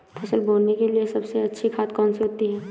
फसल बोने के लिए सबसे अच्छी खाद कौन सी होती है?